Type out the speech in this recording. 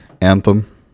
anthem